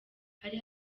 hari